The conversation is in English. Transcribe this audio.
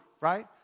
right